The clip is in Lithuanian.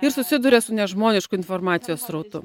ir susiduria su nežmonišku informacijos srautu